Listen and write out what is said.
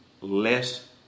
less